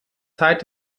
zeit